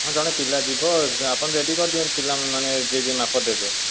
ହଁ ଜଣେ ପିଲା ଯିବ ଆପଣ ରେଡ଼ି କରିଦିଅନ୍ତୁ ପିଲାମାନେ ଯିଏ ଯିଏ ମାପ ଦେବେ